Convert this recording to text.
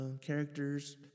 characters